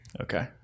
Okay